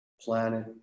planet